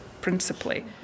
principally